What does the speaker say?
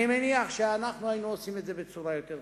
אני מניח שאנחנו היינו עושים זאת בצורה יותר טובה.